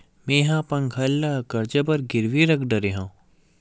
मेहा अपन घर ला कर्जा बर गिरवी रख डरे हव